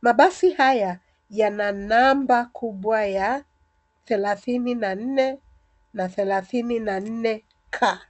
Mabasi haya yana namba kubwa ya thelathini na nne na thelathini na nne K .